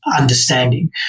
understanding